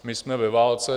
My jsme ve válce.